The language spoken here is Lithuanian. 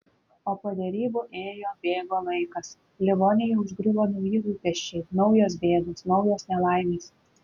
o po derybų ėjo bėgo laikas livoniją užgriuvo nauji rūpesčiai naujos bėdos naujos nelaimės